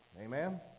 Amen